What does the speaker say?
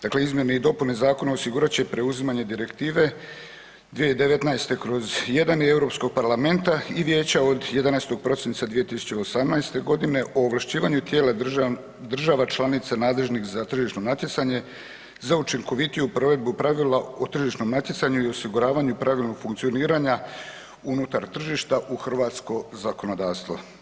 Dakle, izmjene i dopune zakona osigurat će preuzimanje direktive 2019/1 i Europskog parlamenta i vijeća od 11. prosinca 2018.g. o ovlašćivanju tijela država članica nadležnih za tržišno natjecanje za učinkovitiju provedbu pravila o tržišnom natjecanju i osiguravanju pravilnog funkcioniranja unutar tržišta u hrvatsko zakonodavstvo.